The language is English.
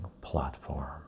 platform